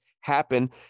happen